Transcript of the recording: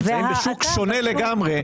אנחנו נמצאים בשוק שונה לגמרי.